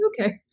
okay